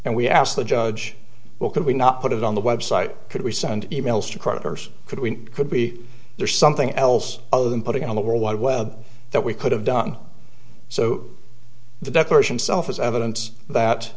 and we asked the judge who can we not put it on the website could we send emails to court a person could we could be there something else other than putting it on the world wide web that we could have done so the declaration self is evidence that